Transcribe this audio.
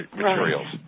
materials